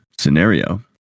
scenario